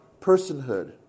personhood